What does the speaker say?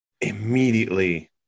immediately